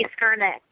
Skernick